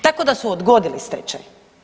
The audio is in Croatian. Tako da su odgodili stečaj.